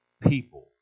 people